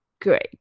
great